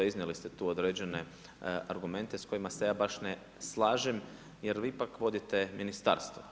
Iznijeli ste tu određene argumente s kojima se ja baš ne slažem, jer vi ipak vodite ministarstvo.